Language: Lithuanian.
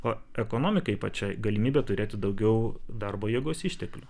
o ekonomikai pačiai galimybė turėti daugiau darbo jėgos išteklių